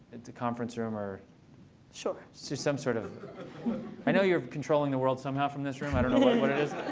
it's a conference room or so so some sort of i know you're controlling the world somehow from this room. i don't know what it is.